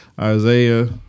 Isaiah